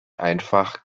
einfach